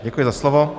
Děkuji za slovo.